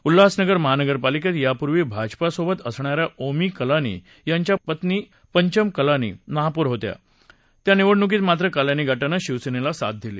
उल्हासनगर महानगरपालिकेत यापूर्वी भाजपासोबत असणा या ओमी कलानी यांच्या पत्नी पंचम कलानी महापौर होत्या या निवडणूकीत मात्र कलानी गटानं शिवसेनेला साथ दिली